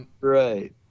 Right